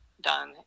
done